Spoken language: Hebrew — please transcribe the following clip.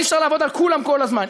אי-אפשר לעבוד על כולם כל הזמן.